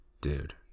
dude